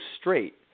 straight